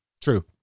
True